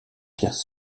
pierres